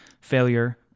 failure